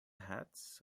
hats